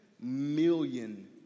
million